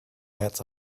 ads